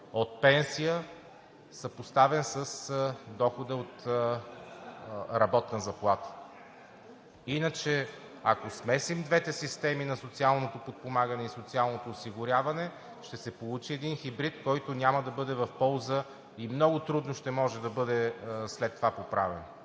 от пенсия, съпоставян с дохода от работна заплата. Иначе, ако смесим двете системи – на социалното подпомагане и социалното осигуряване, ще се получи един хибрид, който няма да бъде в полза и много трудно ще може да бъде поправен